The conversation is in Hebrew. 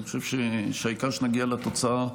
אני חושב שהעיקר שנגיע לתוצאה,